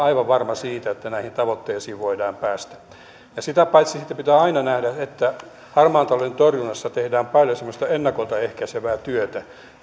aivan varma siitä että näitten lisätoimien myötä näihin tavoitteisiin voidaan päästä sitä paitsi sitten pitää aina nähdä että harmaan talouden torjunnassa tehdään paljon semmoista ennakolta ehkäisevää työtä